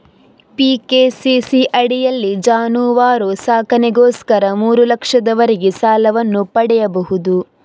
PKCC ಅಡಿಯಲ್ಲಿ ಜಾನುವಾರು ಸಾಕಣೆಗೋಸ್ಕರ ಮೂರು ಲಕ್ಷದವರೆಗೆ ಸಾಲವನ್ನು ಪಡೆಯಬಹುದು